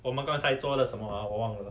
我们刚才做了什么啊我忘了